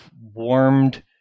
warmed